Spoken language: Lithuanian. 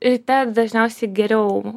ryte dažniausiai geriau